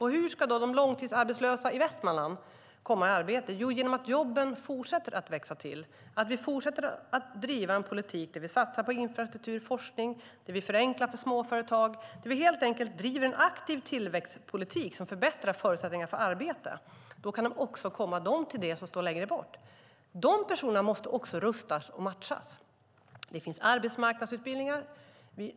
Hur ska då de långtidsarbetslösa i Västmanland komma i arbete? Jo, genom att jobben fortsätter att växa till, att vi fortsätter att driva en politik där vi satsar på infrastruktur och forskning och förenklar för småföretag - helt enkelt att vi driver en aktiv tillväxtpolitik som förbättrar förutsättningarna för att få arbete. Då kan de också komma dem till del som står längre bort. De personerna måste också rustas och matchas. Det finns arbetsmarknadsutbildningar.